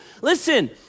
Listen